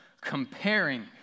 comparing